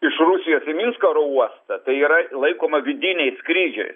iš rusijos į minsko oro uostą tai yra laikoma vidiniai skrydžiai